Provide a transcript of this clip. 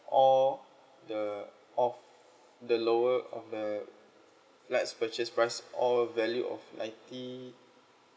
all the of the lower of the less purchase price all value of ninety